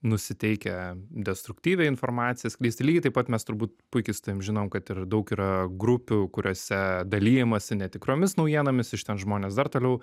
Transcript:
nusiteikę destruktyvią informaciją skleisti lygiai taip pat mes turbūt puikiai su tavim žinom kad ir daug yra grupių kuriose dalijamasi netikromis naujienomis iš ten žmonės dar toliau